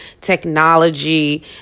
technology